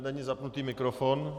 Není zapnutý mikrofon.